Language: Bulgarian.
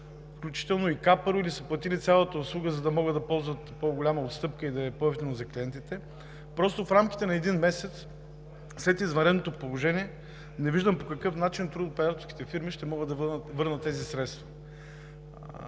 включително и капаро, или са платили цялата услуга, за да могат да ползват по-голяма отстъпка и да е по-евтино за клиентите? Просто в рамките на един месец след извънредното положение не виждам по какъв начин туроператорските фирми ще могат да върнат тези средства.